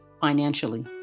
financially